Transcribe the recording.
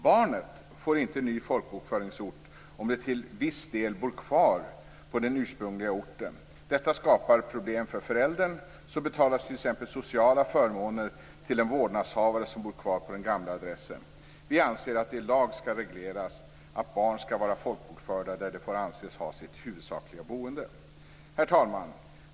Barnet får inte ny folkbokföringsort om det till viss del bor kvar på den ursprungliga orten. Detta skapar problem för föräldern. Så betalas t.ex. sociala förmåner till den vårdnadshavare som bor kvar på den gamla adressen. Vi anser att det i lag skall regleras att barn skall vara folkbokförda där de får anses ha sitt huvudsakliga boende. Herr talman!